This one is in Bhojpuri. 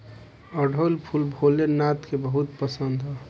अढ़ऊल फूल भोले नाथ के बहुत पसंद ह